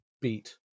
beat